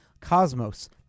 Cosmos